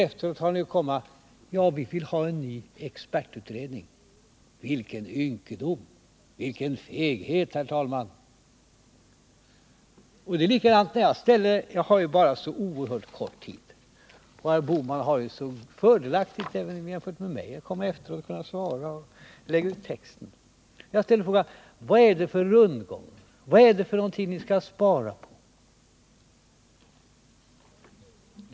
Efteråt kommer ni och säger: Vi vill ha en ny expertutredning. Vilken ynkedom! Vilken feghet! Jag har så oerhört kort tid på mig, medan herr Bohman har det fördelaktigt jämfört med mig — han kommer efter mig och har tid att lägga ut texten. Jag ställde till Gösta Bohman frågorna: Vad är det för rundgång som ni pratar om? Vad skall ni spara in på?